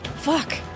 Fuck